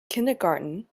kindergarten